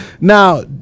Now